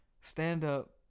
stand-up